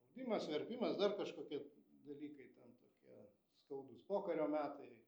audimas verpimas dar kažkokie dalykai ten tokie skaudūs pokario metai